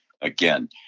Again